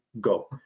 go